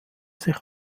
sich